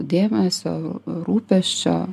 dėmesio rūpesčio